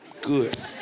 Good